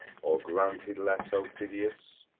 or granted less, aufidius?